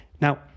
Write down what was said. Now